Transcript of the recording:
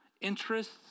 interests